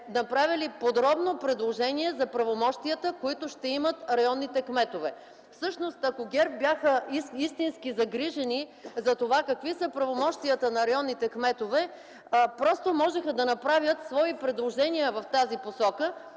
направили подробно предложение за правомощията, които ще имат районните кметове. Всъщност, ако ГЕРБ бяха истински загрижени за това какви са правомощията на районните кметове, просто можеха да направят свои предложения в тази посока.